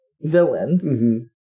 villain